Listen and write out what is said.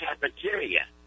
cafeteria